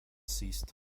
ceased